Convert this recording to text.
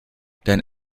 dein